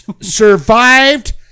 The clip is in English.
survived